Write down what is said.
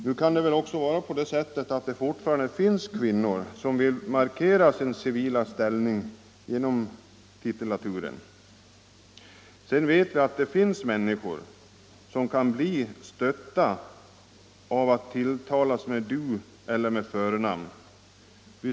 Nu kan det fortfarande finnas kvinnor som vill markera sin civila ställning genom titulaturen. Sedan vet vi att det finns människor som kan bli stötta av att tilltalas med ”du” eller med förnamn.